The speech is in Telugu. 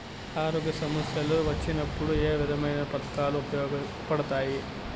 ఆరోగ్య సమస్యలు వచ్చినప్పుడు ఏ విధమైన పథకాలు ఉపయోగపడతాయి